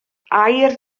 aur